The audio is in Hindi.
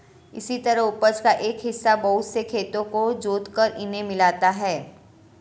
इसी तरह उपज का एक हिस्सा बहुत से खेतों को जोतकर इन्हें मिलता है